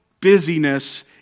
busyness